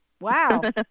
Wow